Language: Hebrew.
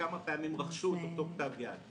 לפעמים כבר כמה פעמים רכשו את אותו כתב יד.